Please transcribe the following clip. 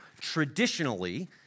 traditionally